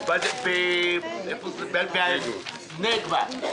בקיבוץ נגבה.